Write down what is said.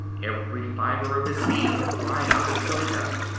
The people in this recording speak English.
every fiber of his being cried out in protest,